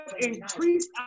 increase